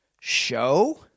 show